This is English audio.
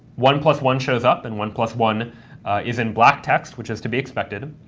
one plus one shows up, and one plus one is in black text, which is to be expected.